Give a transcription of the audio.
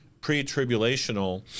pre-tribulational